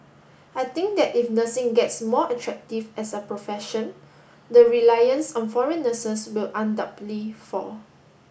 I think that if nursing gets more attractive as a profession the reliance on foreign nurses will undoubtedly fall